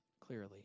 clearly